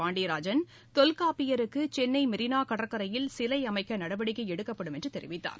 பாண்டியராஜன் தொல்காப்பியருக்கு சென்னை மெரீனா கடற்கரையில் சிலை அமைக்க நடவடிக்கை எடுக்கப்படும் என்ற தெரிவித்தார்